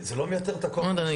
זה לא מייתר את הכוח המשטרתי.